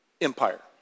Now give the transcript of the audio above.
Empire